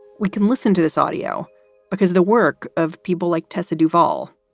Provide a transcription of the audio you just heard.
we can listen to this audio because the work of people like tessa duvall.